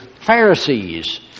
Pharisees